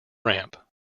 ramp